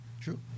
True